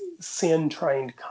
sin-trained